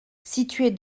située